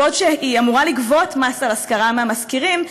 בעוד היא אמורה לגבות מס על השכרה מהמשכירים,